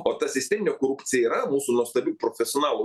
o ta sisteminė korupcija yra mūsų nuostabių profesionalų